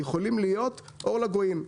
יכולים להיות אור לגויים,